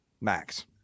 Max